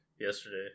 yesterday